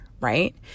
right